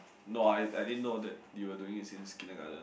no I I I didn't know you were doing it since Kindergarden